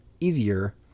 easier